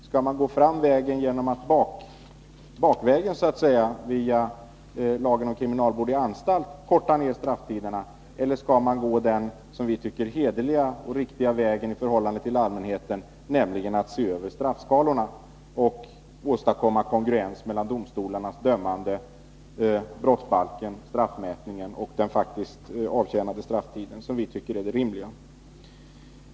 Skall man gå bakvägen via lagen om kriminalvård i anstalt och korta ner strafftiderna, eller skall man gå den som vi tycker hederliga och riktiga vägen i förhållande till allmänheten och se över straffskalorna för att åstadkomma kongruens mellan domstolarnas dömande, brottsbalken, straffmätningen och den faktiskt avtjänade strafftiden, vilket vi tycker är det rimliga?